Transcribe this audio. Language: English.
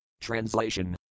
Translation